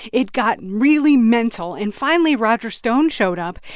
it got really mental. and finally, roger stone showed up.